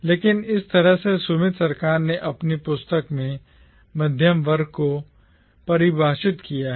लेकिन इस तरह से सुमित सरकार ने अपनी पुस्तक में मध्यम वर्ग को परिभाषित किया है